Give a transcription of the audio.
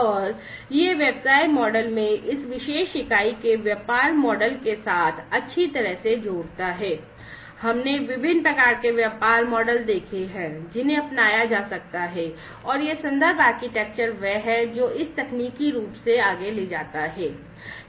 और यह व्यवसाय मॉडल में इस विशेष इकाई के व्यापार मॉडल के साथ अच्छी तरह से जोड़ता है हमने विभिन्न प्रकार के व्यापार मॉडल देखे हैं जिन्हें अपनाया जा सकता है और यह reference आर्किटेक्चर वह है जो इसे तकनीकी रूप से आगे ले जाता है